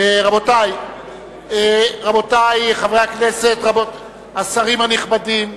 רבותי חברי הכנסת, השרים הנכבדים,